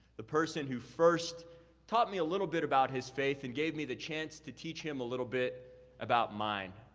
the person who first taught me a little bit about his faith and gave me the chance to teach him a little bit about mine.